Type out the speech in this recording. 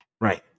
right